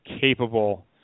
capable